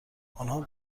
آنها